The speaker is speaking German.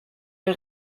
wir